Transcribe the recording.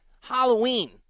Halloween